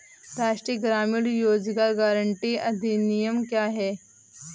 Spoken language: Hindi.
राष्ट्रीय ग्रामीण रोज़गार गारंटी अधिनियम क्या है?